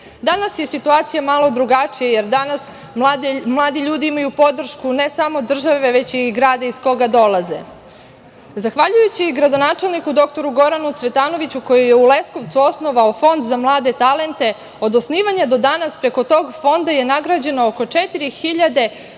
danas je situacija malo drugačija, jer danas mladi ljudi imaju podršku ne samo države, već i grada iz koga dolaze. Zahvaljujući gradonačelniku dr Goranu Cvetanoviću koji je u Leskovcu osnovao Fond za mlade talente od osnivanja do danas preko tog fonda je nagrađeno oko 4.000